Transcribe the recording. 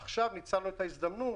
עכשיו ניצלנו את ההזדמנות,